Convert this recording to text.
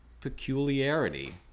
peculiarity